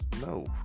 No